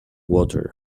water